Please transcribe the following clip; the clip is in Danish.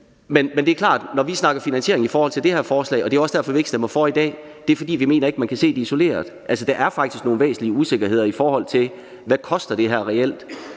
sag. Det er klart, at når vi snakker finansiering i forhold til det her forslag – og det er jo også derfor, at vi ikke stemmer for i dag – mener vi ikke, at vi kan se på det isoleret. Altså, der er faktisk nogle væsentlige usikkerheder, i forhold til hvad det her reelt